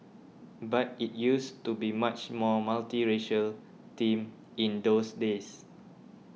but it used to be much more multiracial team in those days